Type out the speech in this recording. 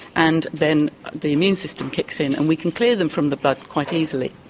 and then the immune system kicks in and we can clear them from the blood quite easily.